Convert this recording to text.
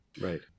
Right